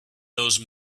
those